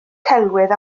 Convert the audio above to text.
celwydd